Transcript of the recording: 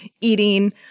eating